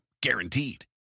Guaranteed